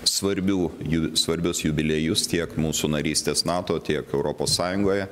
svarbių jų svarbius jubiliejus tiek mūsų narystės nato tiek europos sąjungoje